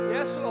Yes